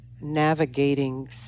navigating